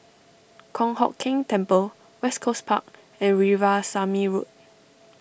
Kong Hock Keng Temple West Coast Park and Veerasamy Road